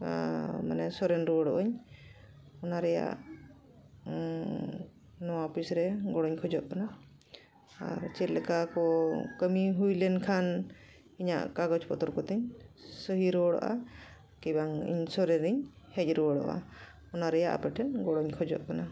ᱢᱟᱱᱮ ᱥᱚᱨᱮᱱ ᱨᱩᱣᱟᱹᱲᱚᱜ ᱟᱹᱧ ᱚᱱᱟ ᱨᱮᱭᱟᱜ ᱱᱚᱣᱟ ᱚᱯᱷᱤᱥ ᱨᱮ ᱜᱚᱲᱚᱧ ᱠᱷᱚᱡᱚᱜ ᱠᱟᱱᱟ ᱟᱨ ᱪᱮᱫ ᱞᱮᱠᱟ ᱠᱚ ᱠᱟᱹᱢᱤ ᱦᱩᱭ ᱞᱮᱱᱠᱷᱟᱱ ᱤᱧᱟᱹᱜ ᱠᱟᱜᱚᱡᱽ ᱯᱚᱛᱚᱨ ᱠᱚᱛᱤᱧ ᱥᱟᱹᱦᱤ ᱨᱩᱣᱟᱹᱲᱚᱜᱼᱟ ᱠᱤ ᱵᱟᱝ ᱤᱧ ᱥᱚᱨᱮᱱ ᱦᱮᱡ ᱨᱩᱣᱟᱹᱲᱚᱜᱼᱟ ᱚᱱᱟ ᱨᱮᱭᱟᱜ ᱟᱯᱮᱴᱷᱮᱱ ᱜᱚᱲᱚᱧ ᱠᱷᱚᱡᱚᱜ ᱠᱟᱱᱟ